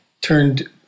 turned